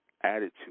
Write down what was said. attitude